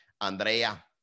Andrea